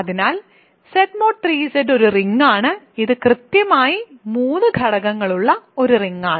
അതിനാൽ Z mod 3 Z ഒരു റിംഗാണ് ഇത് കൃത്യമായി 3 ഘടകങ്ങളുള്ള ഒരു റിംഗാണ്